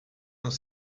dans